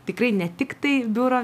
tikrai ne tiktai biuro